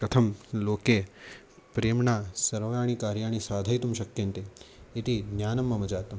कथं लोके प्रेम्णा सर्वाणि कार्याणि साधयितुं शक्यन्ते इति ज्ञानं मम जातम्